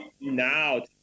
now